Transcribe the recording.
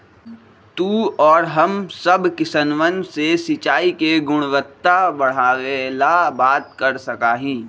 तू और हम सब किसनवन से सिंचाई के गुणवत्ता बढ़ावे ला बात कर सका ही